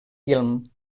film